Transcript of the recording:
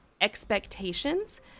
expectations